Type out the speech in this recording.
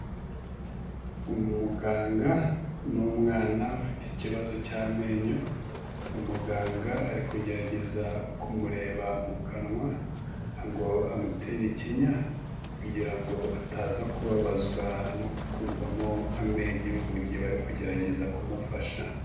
Umuganga n'umwana ufite ikibazo cy'amenyo, umuganga ari kugerageza kumureba mu kanwa, ngo amutere ikinya, kugira ngo ataza kubabazwa no gukurwamo amenyo mu gihe bari kugerageza kumufasha.